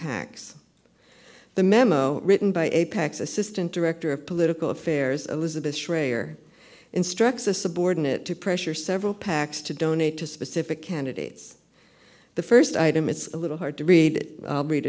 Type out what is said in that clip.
pacs the memo written by apex assistant director of political affairs a lizabeth shray or instructs a subordinate to pressure several pacs to donate to specific candidates the first item it's a little hard to read